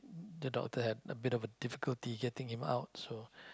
the doctor have a bit of a difficulty getting him out so